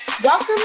Welcome